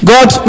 God